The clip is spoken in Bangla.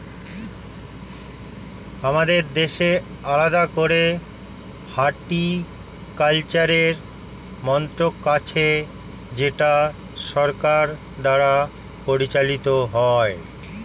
আমাদের দেশে আলাদা করে হর্টিকালচারের মন্ত্রক আছে যেটা সরকার দ্বারা পরিচালিত হয়